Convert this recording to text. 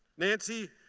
nancy,